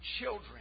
children